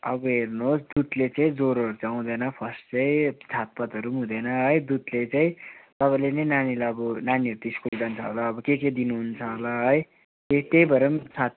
अब हेर्नुहोस् दुधले चाहिँ ज्वरोहरू चाहिँ आउँदैन फर्स्ट चाहिँ छातपातहरू पनि हुँदैन है दुधले चाहिँ तपाईँले नै नानीलाई अब नानीहरू त स्कुल जान्छ होला अब के के दिनु हुन्छ होला है त्यही त्यही भएर पनि छात